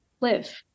live